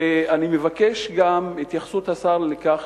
אני מבקש גם התייחסות השר לכך,